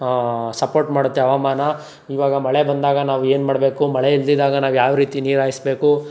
support ಮಾಡುತ್ತೆ ಹವಾಮಾನ ಇವಾಗ ಮಳೆ ಬಂದಾಗ ನಾವು ಏನು ಮಾಡಬೇಕು ಮಳೆ ಇಲ್ದಿದ್ದಾಗ ನಾವು ಯಾವ ರೀತಿ ನೀರು ಹಾಯಿಸ್ಬೇಕು